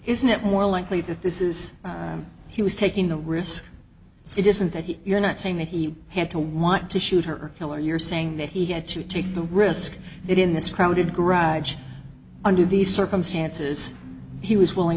isn't it more likely that this is he was taking the risk so it isn't that you're not saying that he had to want to shoot her killer you're saying that he had to take the risk that in this crowded garage under these circumstances he was willing